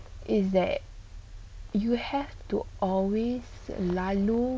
is that you have to always selalu